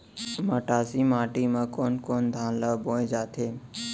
मटासी माटी मा कोन कोन धान ला बोये जाथे?